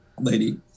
lady